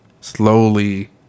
slowly